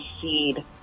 seed